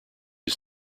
his